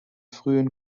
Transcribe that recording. frühen